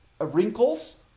wrinkles